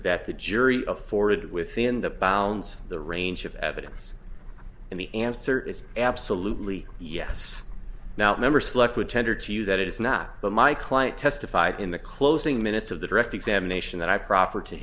that the jury afforded within the bounds the range of evidence and the answer is absolutely yes now member select would tender to you that it is not my client testified in the closing minutes of the direct examination that i proffer to